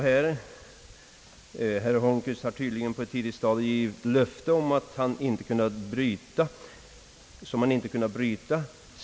——— Herr Holmqvist har tydligen på ett tidigt stadium givit löften som han inte kunnat bryta.